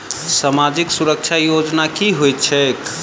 सामाजिक सुरक्षा योजना की होइत छैक?